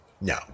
No